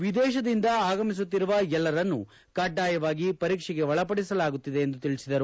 ವಿದೇತದಿಂದ ಆಗಮಿಸುತ್ತಿರುವ ಎಲ್ಲರನ್ನು ಕಡ್ಡಾಯವಾಗಿ ಪರೀಕ್ಷೆಗೆ ಒಳಪಡಿಸಲಾಗುತ್ತಿದೆ ಎಂದು ತಿಳಿಸಿದರು